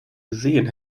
gesehen